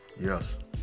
yes